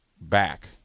back